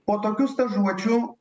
po tokių stažuočių